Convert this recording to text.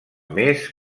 més